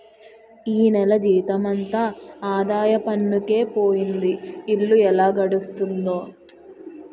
ఈ నెల జీతమంతా ఆదాయ పన్నుకే పోయింది ఇల్లు ఎలా గడుస్తుందో